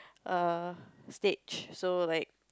err stage so like